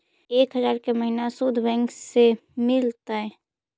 एक हजार के महिना शुद्ध बैंक से मिल तय?